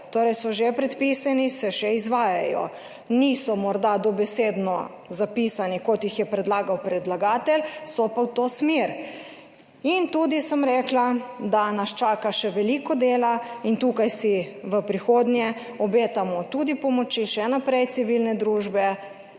torej so že predpisani, se že izvajajo. Niso morda dobesedno zapisani, kot jih je predlagal predlagatelj, so pa v tej smeri. In rekla sem tudi, da nas čaka še veliko dela, in tukaj si v prihodnje obetamo še naprej tudi pomoči civilne družbe,